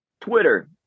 Twitter